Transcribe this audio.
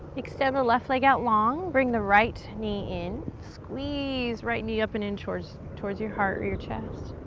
extend the left leg out long. bring the right knee in. squeeze right knee up and in towards towards your heart or your chest.